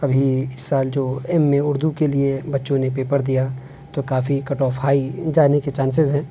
ابھی اس سال جو ایم اے اردو کے لیے بچوں نے پیپر دیا تو کافی کٹ آف ہائی جانے کے چانسز ہیں